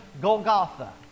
Golgotha